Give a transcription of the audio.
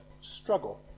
struggle